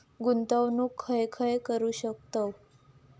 गुंतवणूक खय खय करू शकतव?